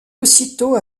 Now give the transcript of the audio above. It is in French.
aussitôt